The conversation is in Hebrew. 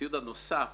הציוד הנוסף